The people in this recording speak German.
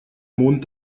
mond